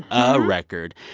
a record.